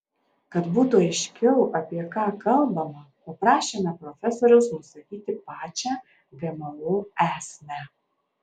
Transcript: kad būtų aiškiau apie ką kalbama paprašėme profesoriaus nusakyti pačią gmo esmę